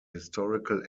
historical